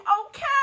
okay